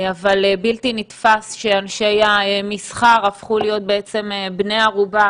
בלתי נתפס שאנשי המסחר הפכו להיות בעצם בני ערובה